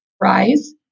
Rise